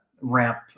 RAMP